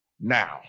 now